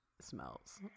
smells